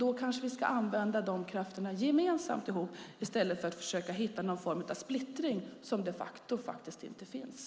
Då kanske vi ska använda dessa krafter gemensamt i stället för att försöka hitta någon form av splittring som de facto inte finns.